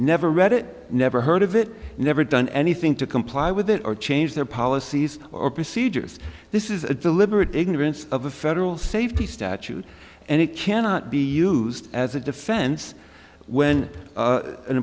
never read it never heard of it never done anything to comply with it or change their policies or procedures this is a deliberate ignorance of a federal safety statute and it cannot be used as a defense when